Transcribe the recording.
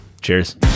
Cheers